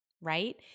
Right